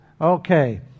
Okay